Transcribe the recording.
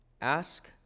Ask